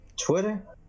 Twitter